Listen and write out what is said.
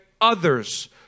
others